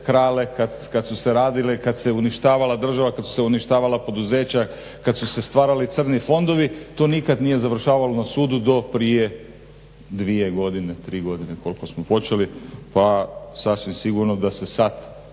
kad su se radile i kad se uništavala država, kad su se uništavala poduzeća, kad su se stvarali crni fondovi to nikad nije završavalo na sudu do prije 2 godine, 3 godine koliko smo počeli pa sasvim sigurno da se sad